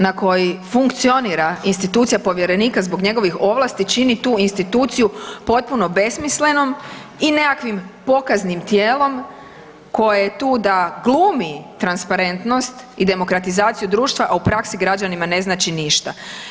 Način na koji funkcionira institucija povjerenika zbog njegovih ovlasti, čini tu instituciju potpuno besmislenom i nekakvim pokaznim tijelom koje je tu da glumi transparentnost i demokratizaciju društva a u praksi građanima ne znači ništa.